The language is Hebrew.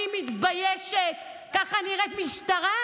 אני מתביישת, ככה נראית משטרה?